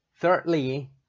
Thirdly